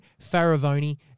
Faravoni